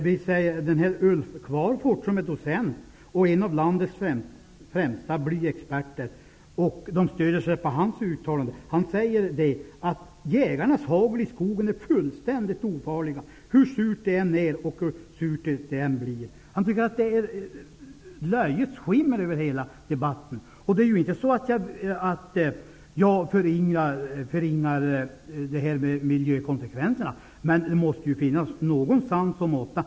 De stöder sig på uttalanden av docenten Ulf Qvarfort, en av landets främsta blyexperter. Han säger att jägarnas hagel i skogen är fullständigt ofarliga hur surt det än är. Han tycker att det ligger ett löjets skimmer över hela debatten. Jag förringar inte miljökonsekvenserna, men det måste finnas någon sans och måtta.